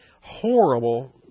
horrible